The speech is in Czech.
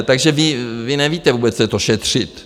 Takže vy nevíte vůbec, co je to šetřit.